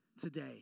today